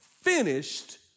Finished